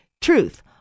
truth